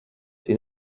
you